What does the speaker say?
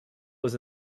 was